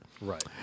Right